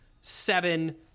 seven